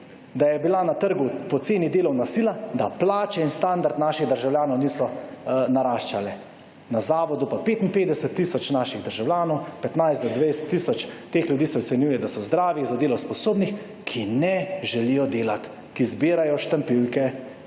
da je bila na trgu poceni delovna sila, da plače in standard naših državljanov niso naraščale. Na zavodu pa 55 tisoč naših državljanov, 15 do 20 tisoč teh ljudi se ocenjuje, da so zdravi, zadelo sposobni, ki ne želijo delati, ki zbirajo štampiljke.